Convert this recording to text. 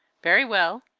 very well!